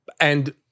And-